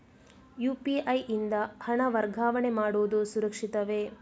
UPI ಯಿಂದ ಹಣ ವರ್ಗಾವಣೆ ಮಾಡುವುದು ಸುರಕ್ಷಿತವೇ?